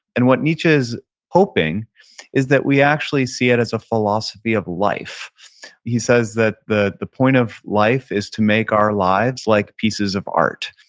and what nietzsche is hoping is that we actually see it as a philosophy of life he says that the the point of life is to make our lives like pieces of art,